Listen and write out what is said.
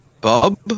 Bob